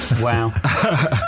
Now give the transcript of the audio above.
wow